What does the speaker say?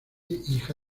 hija